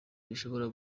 bishobora